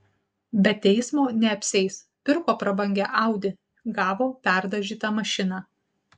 be teismo neapsieis pirko prabangią audi gavo perdažytą mašiną